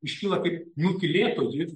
iškyla kaip nutylėtoji